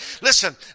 Listen